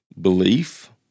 belief